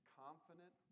confident